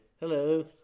hello